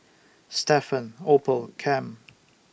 Stephan Opal Cam